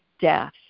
death